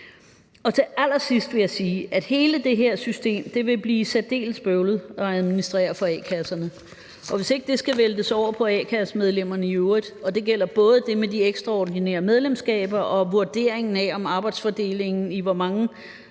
Til allersidst vil jeg sige, at hele det her system vil blive særdeles bøvlet at administrere for a-kasserne, og at det ikke skal væltes over på a-kassemedlemmerne i øvrigt. Det gælder både det med de ekstraordinære medlemskaber og vurderingen af, i hvor mange